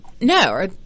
no